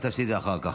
אז תעשי את זה אחר כך.